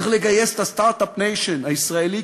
צריך לגייס את ה-Start-up Nation הישראלי,